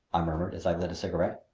i murmured as i lit a cigarette.